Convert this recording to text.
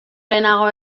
lehenago